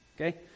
Okay